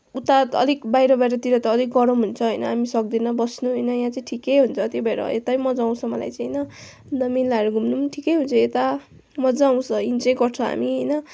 उता अलिक बाहिर बाहिरतिर त अलिक गरम हुन्छ होइन हामी सक्दैन बस्नु होइन यहाँ चाहिँ ठिकै हुन्छ त्यही भएर यतै मजा आउँछ मलाई चाहिँ होइन मेलाहरू घुम्नु पनि ठिकै हुन्छ यता मजा आउँछ इन्जोय गर्छ हामी होइन